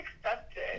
accepted